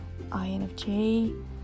infj